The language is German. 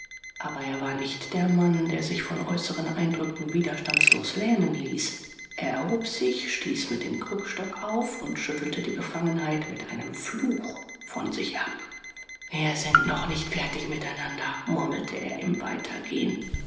aber er war nicht der mann der sich von äußeren eindrücken widerstandslos lähmen ließ er erhob sich stieß mit dem krückstock auf und schüttelte die befangenheit mit einem fluch von sich ab wir sind noch nicht fertig miteinander murmelte er im weitergehen